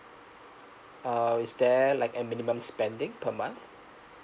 uh is there like a minimum spending per month